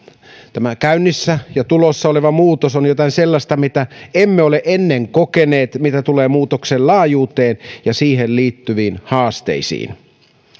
tämä käynnissä ja tulossa oleva muutos on jotain sellaista mitä emme ole ennen kokeneet mitä tulee muutoksen laajuuteen ja siihen liittyviin haasteisiin